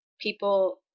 people